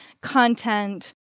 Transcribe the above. content